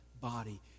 body